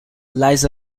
lies